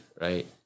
right